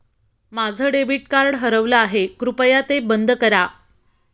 माझं debit card हरवलं आहे, कृपया ते बंद करा